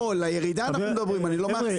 לא, אנחנו מדברים על הירידה, אני לא מאחסן.